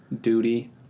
duty